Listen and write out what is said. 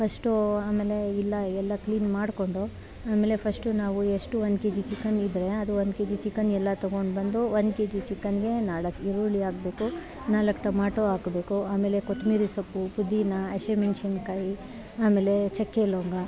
first ಆಮೇಲೆ ಇಲ್ಲ ಎಲ್ಲ ಕ್ಲೀನ್ ಮಾಡ್ಕೊಂಡು ಆಮೇಲೆ ಫಶ್ಟು ನಾವು ಎಷ್ಟು ಒನ್ ಕೆ ಜಿ ಚಿಕನ್ ಇದ್ದರೆ ಅದು ಒನ್ ಕೆ ಜಿ ಚಿಕನ್ ಎಲ್ಲ ತೊಗೊಂಡ್ಬಂದು ಒನ್ ಕೆ ಜಿ ಚಿಕನ್ಗೆ ನಾಲ್ಕು ಈರುಳ್ಳಿ ಹಾಕ್ಬೇಕು ನಾಲ್ಕು ಟಮಾಟೋ ಹಾಕ್ಬೇಕು ಆಮೇಲೆ ಕೊತ್ತಂಬ್ರಿ ಸೊಪ್ಪು ಪುದೀನ ಹಸಿಮೆಣ್ಸಿನ್ಕಾಯಿ ಆಮೇಲೆ ಚಕ್ಕೆ ಲವಂಗ